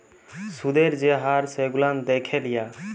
সুদের যে হার সেগুলান দ্যাখে লিয়া